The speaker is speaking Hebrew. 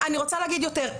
אני רוצה להגיד יותר.